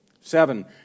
Seven